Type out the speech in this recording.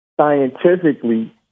scientifically